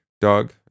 Doug